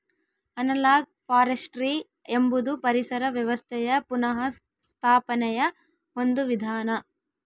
analogue forestry ಎಂಬುದು ಪರಿಸರ ವ್ಯವಸ್ಥೆಯ ಪುನಃಸ್ಥಾಪನೆಯ ಒಂದು ವಿಧಾನ